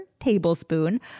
Tablespoon